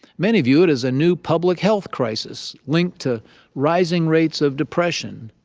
many view it as a new public-health crisis, linked to rising rates of depression,